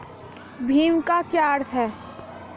भीम का क्या अर्थ है?